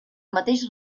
mateix